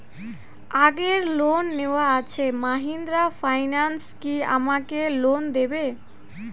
আগের লোন নেওয়া আছে মাহিন্দ্রা ফাইন্যান্স কি আমাকে লোন দেবে?